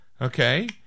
Okay